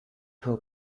her